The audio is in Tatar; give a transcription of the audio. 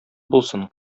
булсын